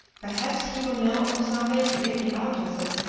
perhaps he will know of some way to get me out of this